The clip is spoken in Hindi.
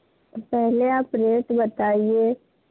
पहले आप रेट बताइए